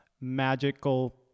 magical